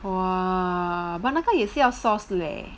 !whoa! but 那个也是要 sauce 的 leh